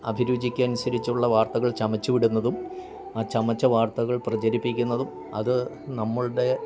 അഭിരുചിക്ക് അനുസരിച്ചുള്ള വാർത്തകൾ ചമച്ചു വിടുന്നതും ആ ചമച്ച വാർത്തകൾ പ്രചരിപ്പിക്കുന്നതും അത് നമ്മളുടെ